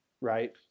right